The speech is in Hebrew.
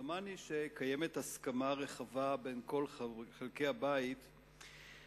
דומני שקיימת הסכמה רחבה בין כל חלקי הבית באשר